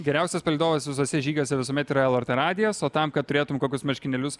geriausias palydovas visuose žygiuose visuomet yra lrt radijas o tam kad turėtum kokius marškinėlius